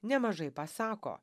nemažai pasako